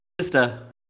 Sister